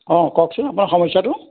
অঁ কওকচোন আপোনাৰ সমস্যাটো